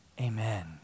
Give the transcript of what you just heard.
Amen